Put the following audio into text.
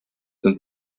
sind